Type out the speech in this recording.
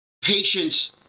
patience